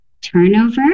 turnover